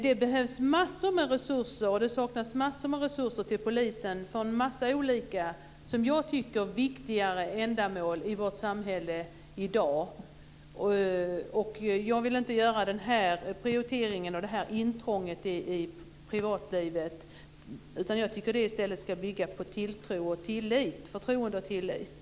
Det behövs massor med resurser, det saknas massor med resurser till Polisen för en massa olika, som jag tycker viktigare, ändamål i vårt samhälle i dag. Jag vill inte göra den här prioriteringen och det här intrånget i privatlivet, utan jag tycker att det i stället ska bygga på förtroende och tillit.